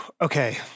Okay